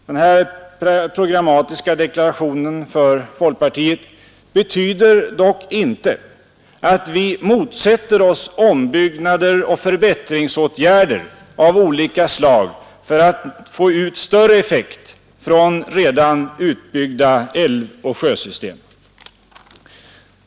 Denna programmatiska deklaration från folkpartiet betyder dock inte att vi motsätter oss ombyggnader och förbättringsåtgärder av olika slag för att få ut större effekt från redan utbyggda älvoch sjösystem.